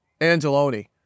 Angeloni